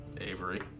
Avery